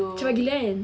cepat gila kan